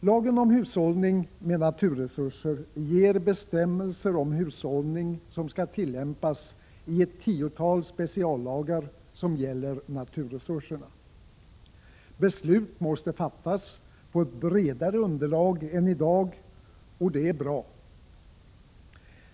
Lagen om hushållning med naturresurser ger bestämmelser om hushållning vilka skall tillämpas i ett tiotal speciallagar som gäller naturresurserna. Beslut måste i fortsättningen fattas på ett bredare underlag än i dag, och det är bra.